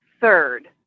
third